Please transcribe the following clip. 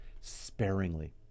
sparingly